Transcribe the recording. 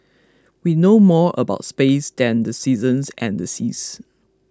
we know more about space than the seasons and the seas